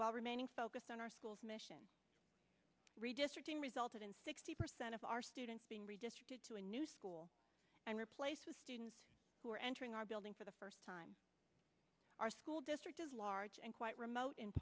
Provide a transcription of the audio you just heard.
while remaining focused on our schools mission redistricting resulted in sixty percent of our students being redistricted to a new school and replaced with students who are entering our building for the first time our school district is large and quite remote in